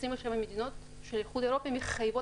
27 מדינות של האיחוד האירופאי מחייבות